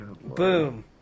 Boom